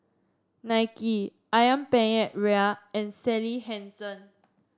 Nike ayam Penyet Ria and Sally Hansen